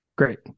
Great